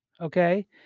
okay